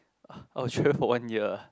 I will for one year